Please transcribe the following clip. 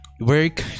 work